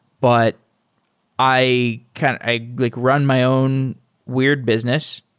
but i kind of i like run my own weird business,